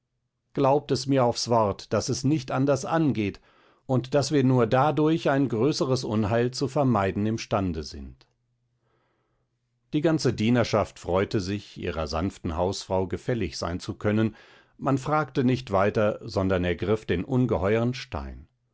glaubt es mir aufs wort daß es nicht anders angeht und daß wir nur dadurch ein größeres unheil zu vermeiden imstande sind die ganze dienerschaft freute sich ihrer sanften hausfrau gefällig sein zu können man fragte nicht weiter sondern ergriff den ungeheuern stein